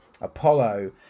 Apollo